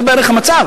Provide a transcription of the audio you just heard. זה בערך המצב.